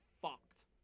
fucked